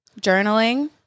journaling